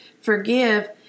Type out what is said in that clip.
forgive